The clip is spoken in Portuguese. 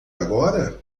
agora